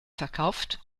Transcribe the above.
verkauft